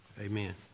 Amen